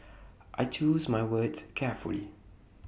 I choose my words carefully